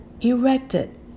erected